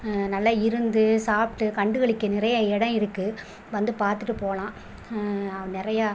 நல்லா இருந்து சாப்பிட்டு கண்டு களிக்க நிறைய இடம் இருக்கு வந்து பார்த்துட்டு போகலாம் நிறையா